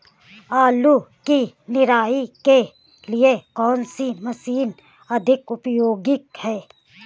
आलू की निराई के लिए कौन सी मशीन अधिक उपयोगी है?